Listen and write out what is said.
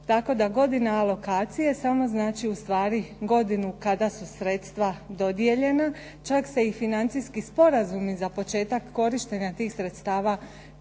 tako da godina alokacije samo znači ustvari godinu kada su sredstva dodijeljena. Čak se i financijski sporazumi za početak korištenja tih sredstava